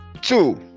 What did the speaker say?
Two